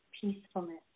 peacefulness